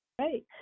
great